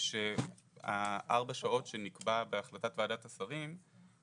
ארבע השעות שנקבע בהחלטת ועדת השרים,